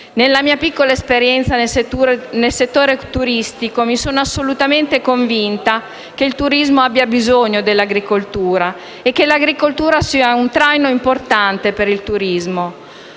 Nella mia piccola esperienza nel settore turistico mi sono assolutamente convinta che il turismo abbia bisogno dell'agricoltura e che quest'ultima sia un traino importante per il turismo.